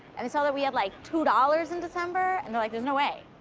and they saw that we had, like, two dollars in december, and they're, like, there's no way.